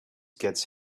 gets